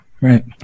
right